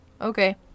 Okay